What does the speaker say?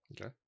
Okay